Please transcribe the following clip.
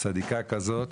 צדיקה כזאת,